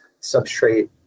substrate